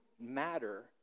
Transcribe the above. matter